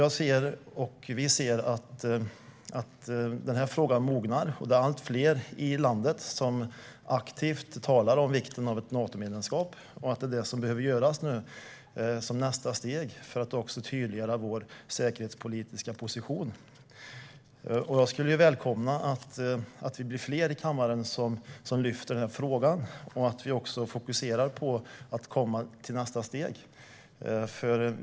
Vi ser att frågan mognar. Allt fler i landet talar om vikten av ett Natomedlemskap och att det behöver vara nästa steg, för att tydliggöra vår säkerhetspolitiska position. Jag skulle välkomna att fler i kammaren lyfter upp frågan och att vi fokuserar på att komma till nästa steg.